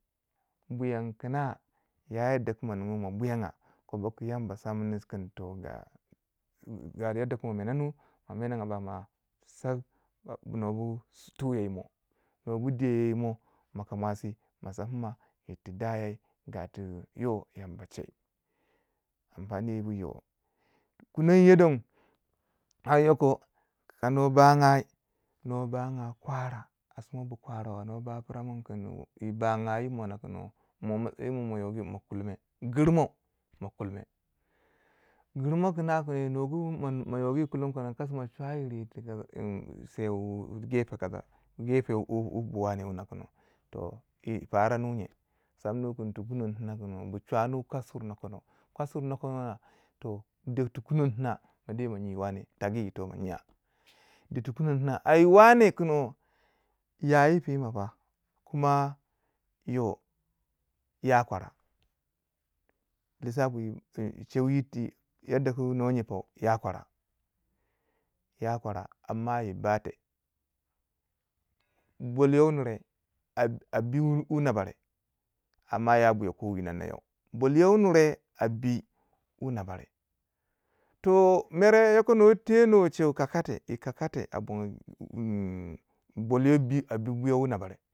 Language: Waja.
buyangu kina ya yad da ku ma ningi mo buyanga kobo ku yamba samin kin to ga yadda ku mo menanu ma menanga ba ma sei nwo bu tuyo yimo, nwo bu diyo yo yi mo maka mwasi ma sa pina yirti dayai ga tu yo yamba che, ampani wu yo kunon yo don har yoko ka nwo bangai nwo banga kwara a sima bu kwara wa no ba pira mun kun yi banga yi mona kun on, mo masayi mo yogi mo kulme gir mo kina mun yi nugu ma mo yogi kulme ko mo chauyir se wu gefe kaza. Gafe wu wu bwani wuna na kin on yi fara nui nye samu nu kun tu kunon tina kun en bu chanu kwasir nokono, kwasir nokono en de tu kunon tina ma da ma nyi waneh tagi yito mo nyiya, de tu kunon tina ayi waneh kun on ya yi pima fa kuma yo ya kwara lisapiwi cheu yirti wo no nyipou ya kwara, ya kwara amma yi bateh bol yo wu nure a a din wu nabare ma ya buya ko wino yo. Bolyo wu nure a dwi wu nabare, toh mere yoko nwo teno cheu wu kaka teh yi kaka teh a bon nyin bolyo bi a bi buya wu nabare.